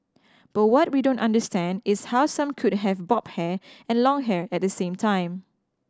but what we don't understand is how some could have bob hair and long hair at the same time